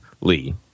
lee